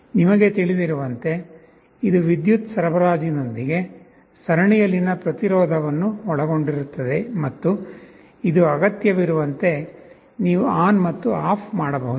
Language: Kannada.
ನಿಮಗೆ ತಿಳಿದಿರುವಂತೆ ಇದು ವಿದ್ಯುತ್ ಸರಬರಾಜಿನೊಂದಿಗೆ ಸರಣಿಯಲ್ಲಿನ ಪ್ರತಿರೋಧವನ್ನು ಒಳಗೊಂಡಿರುತ್ತದೆ ಮತ್ತು ಇದು ಅಗತ್ಯವಿರುವಂತೆ ನೀವು ಆನ್ ಮತ್ತು ಆಫ್ ಮಾಡಬಹುದು